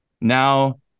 Now